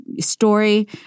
story